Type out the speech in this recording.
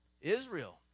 Israel